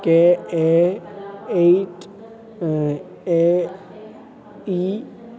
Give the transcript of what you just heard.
K A eight A E